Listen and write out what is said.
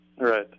Right